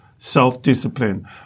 Self-discipline